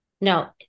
no